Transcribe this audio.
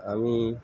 আমি